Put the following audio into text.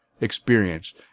Experience